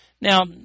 Now